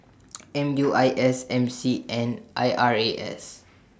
M U I S M C and I R A S